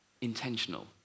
intentional